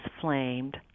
flamed